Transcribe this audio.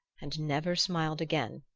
and never smiled again,